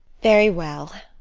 very well.